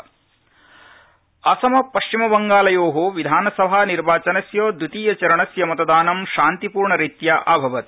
निर्वाचनम् असम पब असमपश्चिमबंगालयो विधानसभानिर्वाचनस्य द्वितीयचरणस्य मतदानं शान्तिपूर्णरीत्या अभवत्